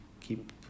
keep